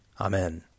Amen